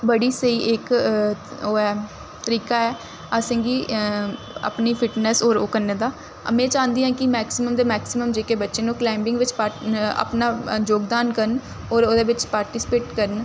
बड़ी स्हेई इक ओह् ऐ तरीका ऐ असें गी अपनी फिटनैस्स होर ओह् करने दा में चांह्दी आं कि मैक्सीमम दे मैक्सीमम जेह्के बच्चे न ओह् क्लाइंबिंग बिच्च पार्ट अपना योगदान करन होर ओह्दे बिच्च पार्टिसिपेट करन